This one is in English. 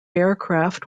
aircraft